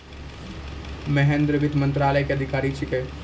महेन्द्र वित्त मंत्रालय के अधिकारी छेकै